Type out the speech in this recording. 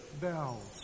bells